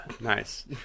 Nice